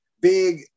big